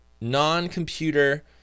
non-computer